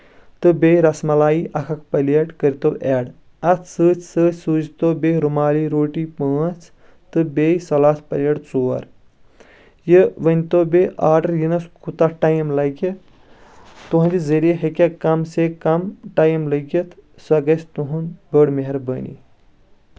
تہٕ بیٚیہِ رس ملایی اکھ اکھ پَلیٹ کٔرۍتو ایٚڈ اَتھ سۭتۍ سۭتۍ سوٗزۍتو بیٚیہِ رُمالی روٹی پانٛژ تہٕ بیٚیہِ سلاد پَلیٹ ژور یہِ ؤنۍتو بیٚیہِ آڈر یِنس کوٗتاہ ٹایم لَگہِ تُہنٛدِ ذریعہِ ہٮ۪کیاہ کَم سے کَم ٹایم لٔگِتھ سۄ گژھِ تُہند بٔڑ مہربٲنی